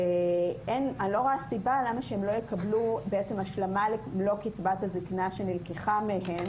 אני לא רואה סיבה למה שהן לא יקבלו השלמה למלוא קצבת הזקנה שנלקחה מהן